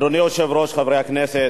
אדוני היושב-ראש, חברי הכנסת,